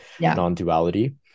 non-duality